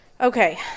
Okay